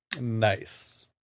Nice